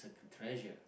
treasure